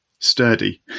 Sturdy